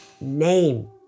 name